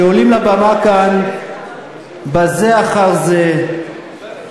שעולים לבמה כאן בזה אחר זה ומשמיצים